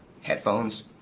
headphones